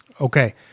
Okay